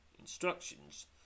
instructions